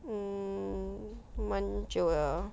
mm 蛮久了